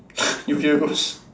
you fear ghost